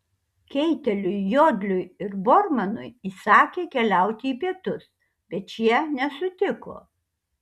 keiteliui jodliui ir bormanui įsakė keliauti į pietus bet šie nesutiko